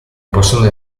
possono